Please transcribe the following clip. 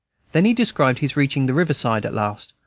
then he described his reaching the river-side at last,